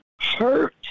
hurt